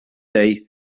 day